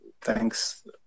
Thanks